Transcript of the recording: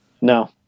No